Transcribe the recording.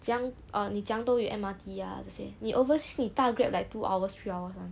将 err 你怎样都有 M_R_T ah 这些你 say the overseas 你搭 grab like two hours three hours [one]